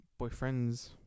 boyfriends